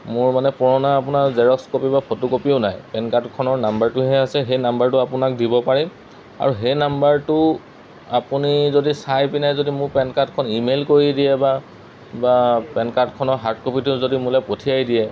মোৰ মানে পুৰণা আপোনাৰ জেৰক্স কপি বা ফটো কপিও নাই পেন কাৰ্ডখনৰ নাম্বাৰটোহে আছে সেই নাম্বাৰটো আপোনাক দিব পাৰিম আৰু সেই নাম্বাৰটো আপুনি যদি চাই পিনে যদি মোৰ পেন কাৰ্ডখন ইমেইল কৰি দিয়ে বা বা পেন কাৰ্ডখনৰ হাৰ্ড কপিটো যদি মোলৈ পঠিয়াই দিয়ে